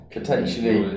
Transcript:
Potentially